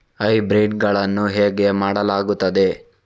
Hybrid ಗಳನ್ನು ಹೇಗೆ ಮಾಡಲಾಗುತ್ತದೆ?